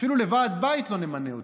אפילו לוועד בית לא נמנה אותו.